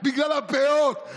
בגלל הפאות,